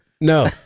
No